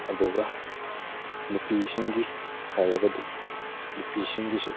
ꯑꯗꯨꯒ ꯅꯨꯄꯤꯁꯤꯡꯒꯤ ꯍꯥꯏꯔꯒꯗꯤ ꯅꯨꯄꯤꯁꯤꯡꯒꯤꯁꯨ